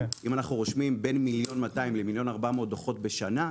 אם אנחנו רושמים בין 1.2 מיליון ל-1.4 מיליון דוחות בשנה,